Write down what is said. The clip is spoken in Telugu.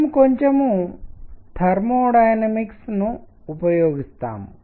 మేము కొంచెం ధర్మో డైనమిక్స్ ఉష్ణగతికశాస్త్రం ను ఉపయోగిస్తాము